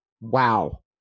Wow